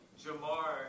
Jamar